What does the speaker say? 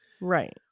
right